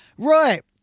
Right